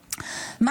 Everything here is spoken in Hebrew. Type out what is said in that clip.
---.